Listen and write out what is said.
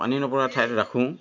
পানী নপৰা ঠাইত ৰাখোঁ